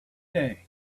day